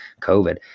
COVID